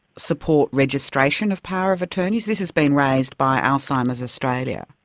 support registration of power of attorney? this has been raised by alzheimer's australia.